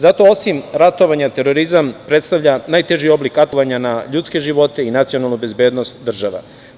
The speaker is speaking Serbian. Zato osim ratovanja terorizam predstavlja najteži oblik atakovanja na ljudske živote i nacionalnu bezbednost država.